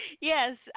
Yes